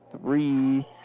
three